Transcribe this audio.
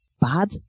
bad